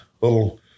little